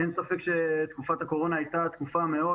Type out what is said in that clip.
אין ספק שתקופת הקורונה הייתה תקופה מאוד